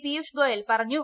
പിയൂഷ് ഗോയൽ പറഞ്ഞു